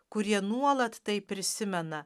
kurie nuolat tai prisimena